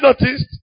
noticed